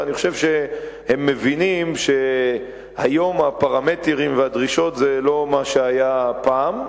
ואני חושב שהם מבינים שהיום הפרמטרים והדרישות זה לא מה שהיה פעם,